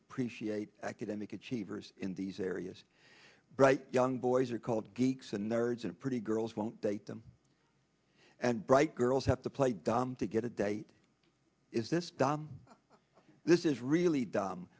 appreciate academic achievers in these areas bright young boys are called geeks and nerds and pretty girls won't date them and bright girls have to play dumb to get a date is this dumb this is really dumb